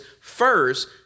First